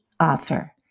Author